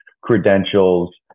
credentials